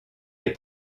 est